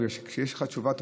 בגלל שכשיש לך תשובה טובה,